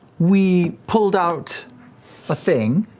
we pulled out a thing